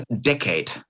decade